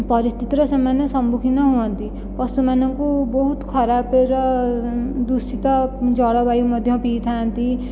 ପରିସ୍ଥିତିର ସେମାନେ ସମ୍ମୁଖୀନ ହୁଅନ୍ତି ପଶୁମାନଙ୍କୁ ବହୁତ ଖରାପର ଦୂଷିତ ଜଳବାୟୁ ମଧ୍ୟ ପିଇଥାନ୍ତି